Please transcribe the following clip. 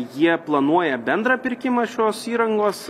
jie planuoja bendrą pirkimą šios įrangos